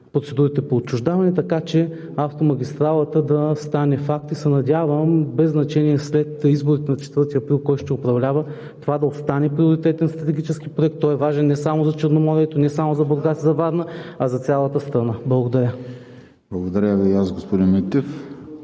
процедурите по отчуждаване, така че автомагистралата да стане факт. Надявам се, без значение след изборите на 4 април кой ще управлява, това да остане приоритетен стратегически проект. Той е важен не само за Черноморието, не само за Бургас, за Варна, а и за цялата страна. Благодаря. ПРЕДСЕДАТЕЛ ВЕСЕЛИН